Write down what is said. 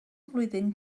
flwyddyn